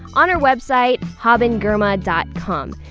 on her website habengirma dot com.